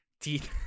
Teeth